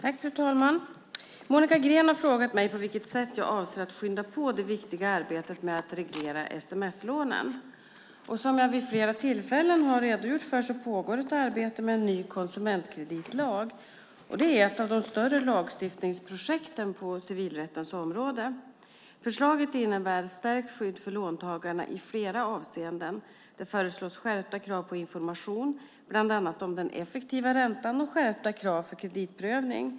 Fru talman! Monica Green har frågat mig på vilket sätt jag avser att skynda på det viktiga arbetet med att reglera sms-lånen. Som jag vid flera tillfällen har redogjort för pågår ett arbete med en ny konsumentkreditlag. Det är ett av de större lagstiftningsprojekten på civilrättens område. Förslaget innebär ett stärkt skydd för låntagarna i flera avseenden. Det föreslås skärpta krav på information, bland annat om den effektiva räntan, och skärpta krav på kreditprövning.